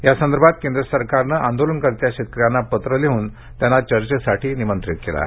या संदर्भात केंद्र सरकारनं आंदोलनकर्त्या शेतकऱ्यांना पत्र लिहन त्यांना चर्चेसाठी निमंत्रित केलं आहे